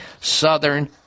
southern